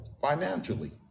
financially